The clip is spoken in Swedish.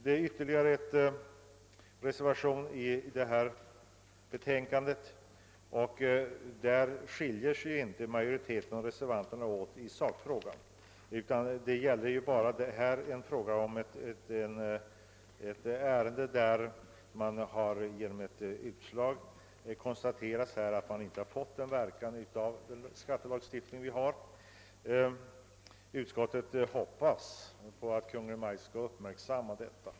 Det finns ytterligare en reservation till betänkandet. Majoriteten och reservanterna har i det fallet inte några skilda uppfattningar i sakfrågan, men det har konstaterats genom ett utslag i ett ärende att skattelagstiftningen inte har fått den verkan som avsetts. Utskottet hoppas att Kungl. Maj:t skall uppmärk samma detta.